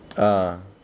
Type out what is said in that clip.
ah